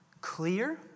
Clear